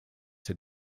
had